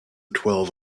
twelve